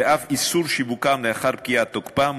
ואף איסור שיווקם לאחר פקיעת תוקפם,